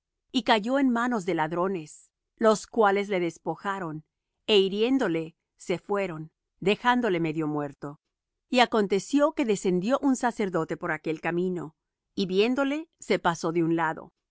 y cayó en manos de ladrones los cuales le despojaron é hiriéndole se fueron dejándole medio muerto y aconteció que descendió un sacerdote por aquel camino y viéndole se pasó de un lado y